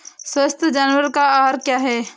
स्वस्थ जानवर का आहार क्या है?